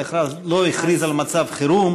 אף אחד לא הכריז על מצב חירום,